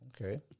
okay